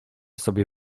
sobie